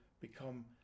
become